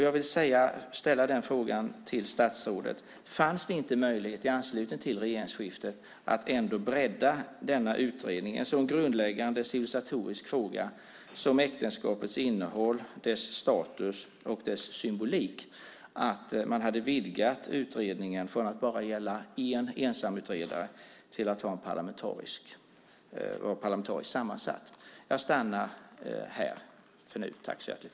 Jag vill ställa följande fråga till statsrådet: Fanns det inte i anslutning till regeringsskiftet en möjlighet att ändå bredda utredningen i en så grundläggande civilisatorisk fråga som den om äktenskapets innehåll, status och symbolik - alltså att vidga utredningen från att gälla en ensamutredare till att vara parlamentariskt sammansatt?